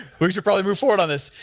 we we should probably move forward on this.